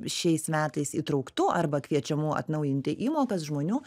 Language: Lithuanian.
šiais metais įtrauktų arba kviečiamų atnaujinti įmokas žmonių